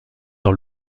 dans